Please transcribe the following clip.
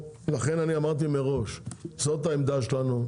לכן אני אמרתי מראש זאת העמדה שלנו,